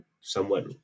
somewhat